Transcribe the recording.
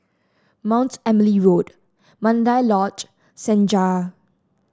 Mount Emily Road Mandai Lodge Senja